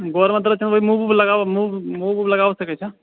गोर मे दरद छै तऽ मूव वूव लागबऽ मूव मूव वूव लगा सकै छ